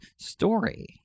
story